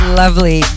lovely